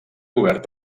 cobert